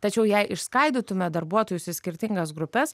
tačiau jei išskaidytume darbuotojus į skirtingas grupes